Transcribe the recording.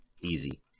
easy